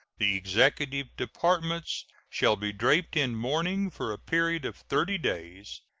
the executive departments shall be draped in mourning for a period of thirty days,